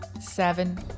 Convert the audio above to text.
seven